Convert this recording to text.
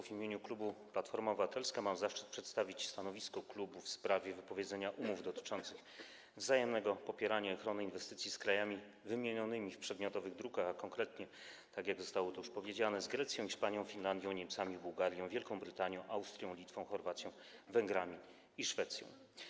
W imieniu klubu Platforma Obywatelska mam zaszczyt przedstawić stanowisko klubu w sprawie wypowiedzenia umów dotyczących wzajemnego popierania i ochrony inwestycji z krajami wymienionymi w przedmiotowych drukach, a konkretnie tak jak to zostało już powiedziane: Grecją, Hiszpanią, Finlandią, Niemcami, Bułgarią, Wielką Brytanią, Austrią, Litwą, Chorwacją, Węgrami i Szwecją.